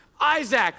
Isaac